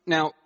Now